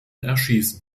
erschießen